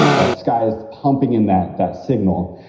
that sky is pumping in that that signal.